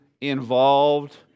involved